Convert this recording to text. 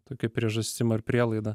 tokia priežastim ar prielaida